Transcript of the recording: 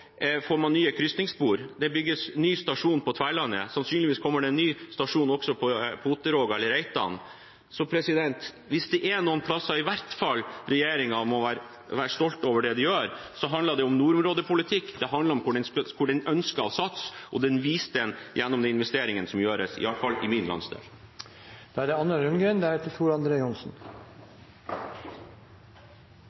nye krysningsspor. Det bygges en ny stasjon på Tverlandet, og sannsynligvis kommer det også en ny stasjon på Otteråga eller Reitan. Hvis det er noen plasser regjeringen i hvert fall må være stolte av det de gjør, handler det om nordområdepolitikk og om hvor de ønsker å satse. Det viser de gjennom investeringene som gjøres, i hvert fall i min landsdel. Det var interessant å høre foregående taler ramse opp en rekke prosjekter i Nord-Norge som det